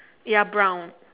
ya brown